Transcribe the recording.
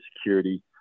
security